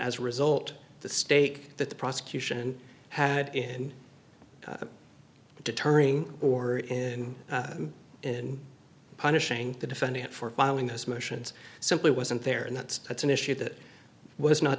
as a result the stake that the prosecution had in deterring or in in punishing the defendant for filing this motions simply wasn't there and that's that's an issue that was not